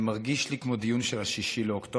זה מרגיש לי כמו דיון של 6 באוקטובר,